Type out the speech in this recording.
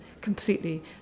completely